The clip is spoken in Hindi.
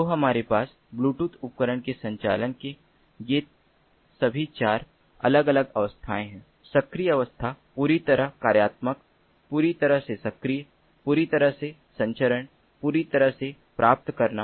तो हमारे पास ब्लूटूथ उपकरण के संचालन के ये सभी 4 अलग अलग अवस्था है सक्रिय अवस्था पूरी तरह कार्यात्मक पूरी तरह से सक्रिय पूरी तरह से संचारण पूरी तरह से प्राप्त करना